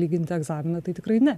lyginti egzaminą tai tikrai ne